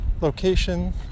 location